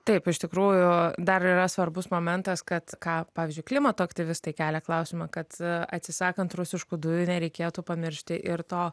taip iš tikrųjų dar yra svarbus momentas kad ką pavyzdžiui klimato aktyvistai kelia klausimą kad atsisakant rusiškų dujų nereikėtų pamiršti ir to